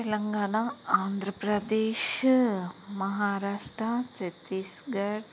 Telangana Andhra Pradesh Maharashtra Chhattisgarh